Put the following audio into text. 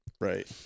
Right